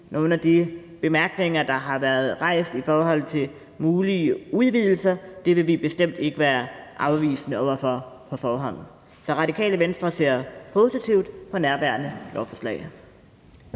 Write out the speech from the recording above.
nogle af de bemærkninger, der har været rejst i forhold til mulige udvidelser, er noget, som vi bestemt ikke vil være afvisende over for på forhånd. Så Radikale Venstre ser positivt på nærværende lovforslag.